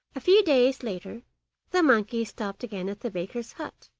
a few days later the monkey stopped again at the baker's hut.